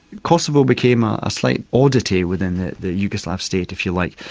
kosovo became a slight oddity within the the yugoslav state if you like.